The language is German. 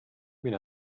mail